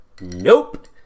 nope